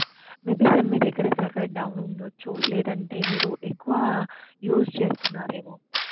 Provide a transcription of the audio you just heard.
maybe sir మీ దగ్గర server down ఉండవచ్చు లేదంటే మీరు ఎక్కువ యూస్ చేస్తున్నారేమో